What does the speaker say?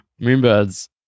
Moonbirds